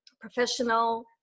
professional